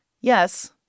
Yes